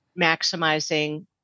maximizing